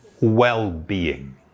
well-being